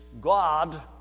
God